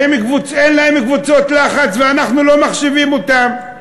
אין להם קבוצות לחץ ואנחנו לא מחשיבים אותם.